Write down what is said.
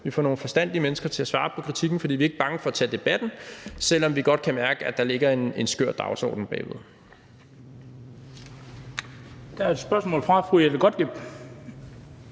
og får nogle forstandige mennesker til at svare på kritikken, for man er ikke bange for at tage debatten, selv om man godt kan mærke, at der ligger en skør dagsorden bag ved.